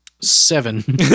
seven